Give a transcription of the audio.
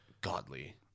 godly